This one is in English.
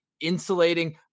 insulating